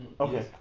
Okay